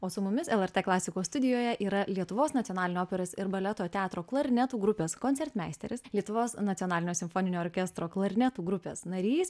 o su mumis lrt klasikos studijoje yra lietuvos nacionalinio operos ir baleto teatro klarnetų grupės koncertmeisteris lietuvos nacionalinio simfoninio orkestro klarnetų grupės narys